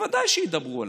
בוודאי שידברו עליו.